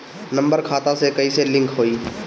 Number खाता से कईसे लिंक होई?